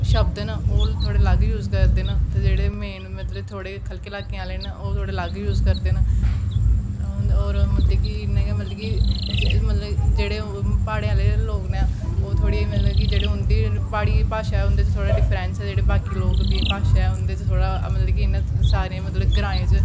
शब्द न ओह् थोह्ड़े अलग यूज़ करदे न ते जेह्ड़े मेन मतलब थोह्ड़े खलके लाकें आह्ले न ओह् थोह्ड़ा अलग यूज़ करदे न होर मतलब कि इ'यां गै मतलब कि जेह्ड़े प्हाड़ें आह्ले लोग न ओह् थोह्ड़े मतलब कि जेह्ड़े उं'दी प्हाड़ी भाशा ऐ उं'दे च थोह्ड़ा डिफरेंस ऐ जेह्ड़े बाकी लोग दी भाशा ऐ उं'दे च थोह्ड़ा सारें मतलब कि ग्राएं च